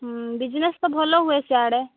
ହୁଁ ବିଜନେସ୍ ତ ଭଲ ହୁଏ ସିଆଡ଼େ